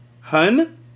Hun